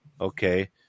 okay